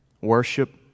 worship